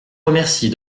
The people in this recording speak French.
remercie